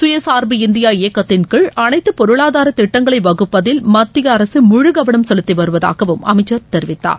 சுயசார்பு இந்தியா இயக்கத்தின் கீழ் அனைத்து பொருளாதார திட்டங்களை வகுப்பதில் மத்திய அரசு முழு கவனம் செலுத்தி வருவதாகவும் அமைச்சர் தெரிவித்தார்